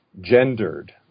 gendered